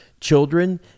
children